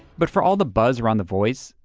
but for all the buzz around the voice,